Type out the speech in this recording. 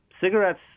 cigarettes